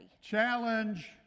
challenge